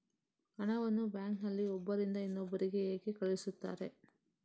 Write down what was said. ಹಣವನ್ನು ಬ್ಯಾಂಕ್ ನಲ್ಲಿ ಒಬ್ಬರಿಂದ ಇನ್ನೊಬ್ಬರಿಗೆ ಹೇಗೆ ಕಳುಹಿಸುತ್ತಾರೆ?